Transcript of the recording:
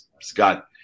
Scott